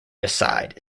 aside